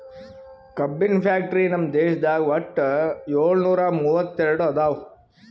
ಕಬ್ಬಿನ್ ಫ್ಯಾಕ್ಟರಿ ನಮ್ ದೇಶದಾಗ್ ವಟ್ಟ್ ಯೋಳ್ನೂರಾ ಮೂವತ್ತೆರಡು ಅದಾವ್